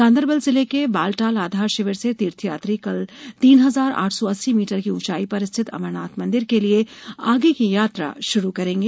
गांदरबल ज़िले के बालटाल आधार शिविर से तीर्थयात्री कल तीन हज़ार आठ सौ अस्सी मीटर की ऊंचाई पर रिथत अमरनाथ मंदिर के लिये आगे की यात्रा शुरू करेंगे